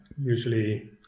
usually